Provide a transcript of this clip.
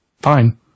fine